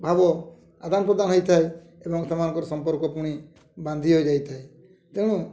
ଭାବ ଆଦାନ ପ୍ରଦାନ ହୋଇଥାଏ ଏବଂ ସେମାନଙ୍କର ସମ୍ପର୍କ ପୁଣି ବାନ୍ଧି ହୋଇଯାଇଥାଏ ତେଣୁ